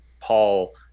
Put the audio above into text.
Paul